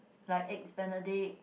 like Eggs Benedict